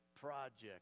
project